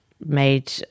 made